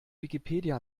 wikipedia